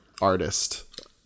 Artist